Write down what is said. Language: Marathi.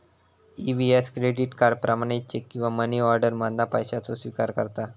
ई.वी.एस क्रेडिट कार्ड, प्रमाणित चेक किंवा मनीऑर्डर मधना पैशाचो स्विकार करता